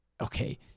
Okay